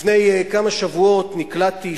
לפני כמה שבועות נקלעתי,